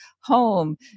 home